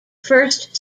first